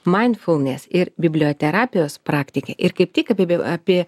mainfulnes ir biblioterapijos praktike ir kaip tik apie apie